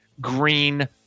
green